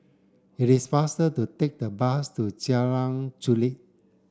it is faster to take the bus to Jalan Chulek